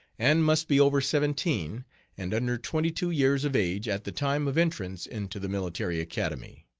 and must be over seventeen and under twenty-two years of age at the time of entrance into the military academy